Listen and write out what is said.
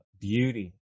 beauty